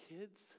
kids